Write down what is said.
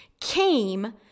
came